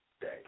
day